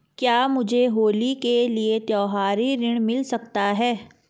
क्या मुझे होली के लिए त्यौहारी ऋण मिल सकता है?